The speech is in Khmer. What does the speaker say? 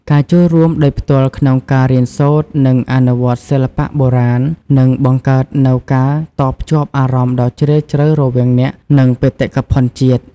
ការចូលរួមដោយផ្ទាល់ក្នុងការរៀនសូត្រ និងអនុវត្តសិល្បៈបុរាណនឹងបង្កើតនូវការតភ្ជាប់អារម្មណ៍ដ៏ជ្រាលជ្រៅរវាងអ្នក និងបេតិកភណ្ឌជាតិ។